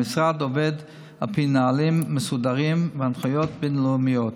המשרד עובד על פי נהלים מסודרים והנחיות בין-לאומיות.